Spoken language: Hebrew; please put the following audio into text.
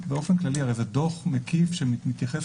באופן כללי הרי זה דוח מקיף שמתייחס